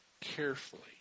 carefully